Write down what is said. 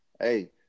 Hey